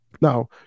Now